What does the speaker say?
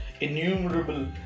innumerable